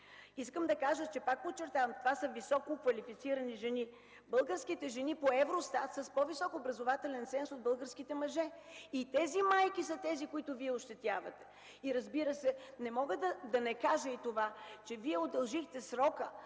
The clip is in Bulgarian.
Искам да кажа, пак подчертавам, че това са високо квалифицирани жени. По Евростат българските жени са с по-висок образователен ценз от българските мъже. Тези са майките, които Вие ощетявате. Разбира се, не мога да не кажа и това, че Вие удължихте срока,